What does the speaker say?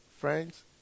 Friends